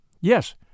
Yes